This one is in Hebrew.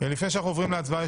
לפני שאנחנו עוברים להצבעה,